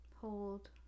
Hold